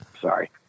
Sorry